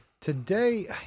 Today